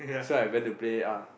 so I went to play uh